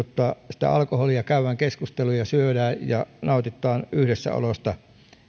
sitä alkoholia käydään keskusteluja syödään ja nautitaan yhdessäolosta